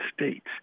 States